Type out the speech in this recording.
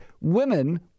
Women